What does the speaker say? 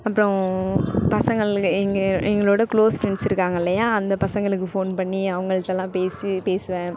அப்புறம் பசங்கள் எங்கள் எங்களோட க்ளோஸ் ஃப்ரெண்ட்ஸ் இருக்காங்க இல்லையா அந்த பசங்களுக்கு ஃபோன் பண்ணி அவங்கள்ட்டலாம் பேசி பேசுவேன்